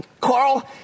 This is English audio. Carl